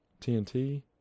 TNT